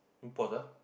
pause ah